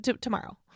tomorrow